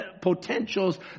potentials